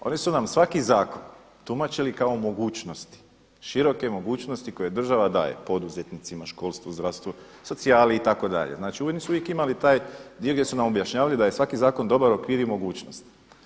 Oni su nam svaki zakon tumačili kao mogućnosti, široke mogućnosti koje država daje poduzetnicima, školstvu, zdravstvu, socijali itd., znači oni su uvijek imali taj dio gdje su nam objašnjavali da je svaki zakon dobar okvir i mogućnost.